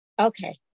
Okay